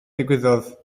ddigwyddodd